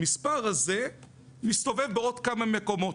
המספר הזה מסתובב בעוד כמה מקומות,